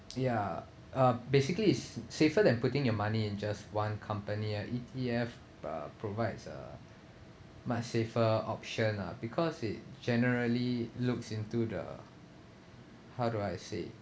ya uh basically it's safer than putting your money in just one company and E_T_F uh provides a much safer option lah because it generally looks into the how do I say